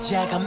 Jack